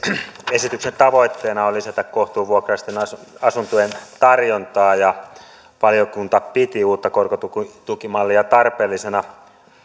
esityksen tavoitteena on lisätä kohtuuvuokraisten asuntojen tarjontaa valiokunta piti uutta korkotukimallia tarpeellisena